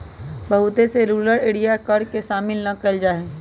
बहुत से rural area में कर के शामिल ना कइल जा हई